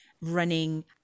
running